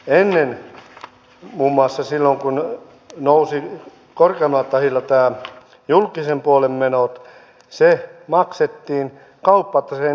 ennen muun muassa silloin kun nousivat korkeammalla tahdilla nämä julkisen puolen menot ne maksettiin kauppataseen ylijäämällä